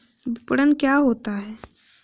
विपणन क्या होता है?